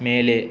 மேலே